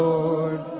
Lord